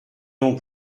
non